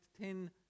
ten